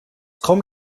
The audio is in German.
kommt